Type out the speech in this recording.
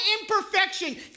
imperfection